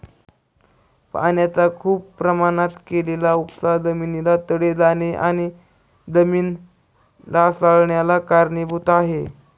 पाण्याचा खूप प्रमाणात केलेला उपसा जमिनीला तडे जाणे आणि जमीन ढासाळन्याला कारणीभूत आहे